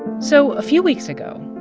so a few weeks ago,